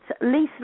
Lisa